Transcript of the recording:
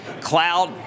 cloud